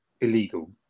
illegal